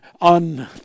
on